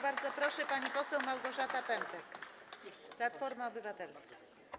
Bardzo proszę, pani poseł Małgorzata Pępek, Platforma Obywatelska.